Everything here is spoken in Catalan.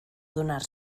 adonar